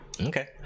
Okay